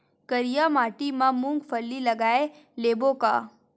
करिया माटी मा मूंग फल्ली लगय लेबों का?